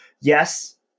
yes